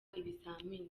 ibizamini